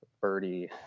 Birdie